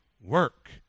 work